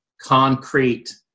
concrete